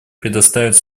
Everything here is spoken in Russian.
предоставить